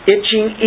Itching